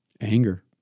Anger